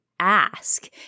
ask